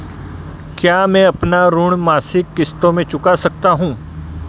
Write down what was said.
क्या मैं अपना ऋण मासिक किश्तों में चुका सकता हूँ?